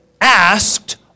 asked